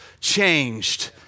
changed